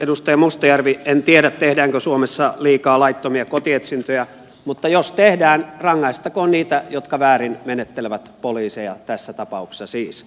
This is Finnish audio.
edustaja mustajärvi en tiedä tehdäänkö suomessa liikaa laittomia kotietsintöjä mutta jos tehdään rangaistakoon niitä jotka väärin menettelevät poliiseja tässä tapauksessa siis